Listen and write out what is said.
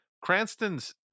cranston's